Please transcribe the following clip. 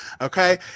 okay